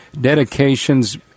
dedications